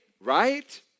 right